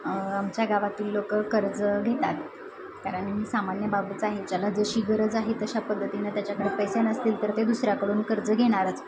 आमच्या गावातील लोक कर्ज घेतात कारण सामान्य बाबच आहे ज्याला जशी गरज आहे तशा पद्धतीने त्याच्याकडे पैसे नसतील तर ते दुसऱ्याकडून कर्ज घेणारच